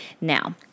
Now